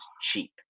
cheap